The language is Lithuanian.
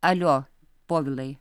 alio povilai